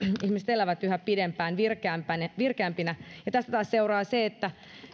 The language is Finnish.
elävät yhä pidempään virkeämpinä ja tästä taas seuraa se että